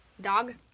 Dog